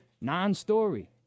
non-story